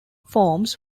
forms